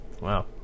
Wow